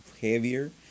heavier